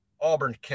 Auburn